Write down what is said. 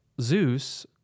Zeus